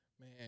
Man